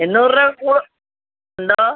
എണ്ണൂറ് രൂപ കൂട് എന്തോ